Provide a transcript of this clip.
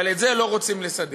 אבל את זה לא רוצים לסדר.